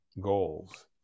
goals